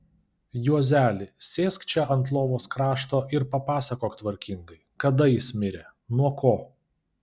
juozeli sėsk čia ant lovos krašto ir papasakok tvarkingai kada jis mirė nuo ko